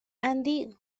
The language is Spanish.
andy